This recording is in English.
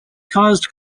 caused